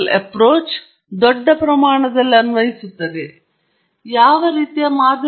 ಆದ್ದರಿಂದ ಎಸ್ಎನ್ಆರ್ ಹೆಚ್ಚಿನದು ಪ್ಯಾರಾಮೀಟರ್ ಅಂದಾಜು ಉತ್ತಮವಾಗಿರುತ್ತದೆ ಇದು ದೋಷವನ್ನು ಕಡಿಮೆ ಮಾಡುತ್ತದೆ